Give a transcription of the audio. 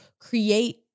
create